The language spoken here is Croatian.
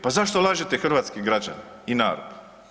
Pa zašto lažete hrvatske građane i narod?